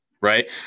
right